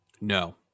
No